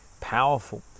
Powerful